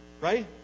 Right